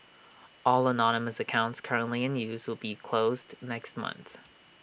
all anonymous accounts currently in use will be closed next month